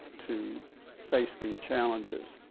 to face these challenges.